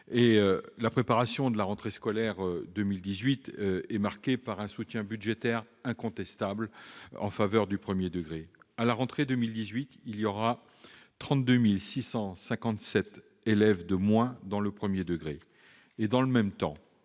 La préparation de la rentrée scolaire 2018 est marquée par un soutien budgétaire incontestable en faveur du premier degré. À la rentrée 2018, il y aura 32 657 élèves de moins dans le premier degré, et, dans le même temps,